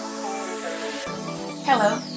Hello